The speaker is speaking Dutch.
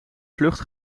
vlucht